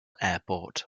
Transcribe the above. airport